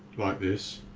like this,